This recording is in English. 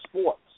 sports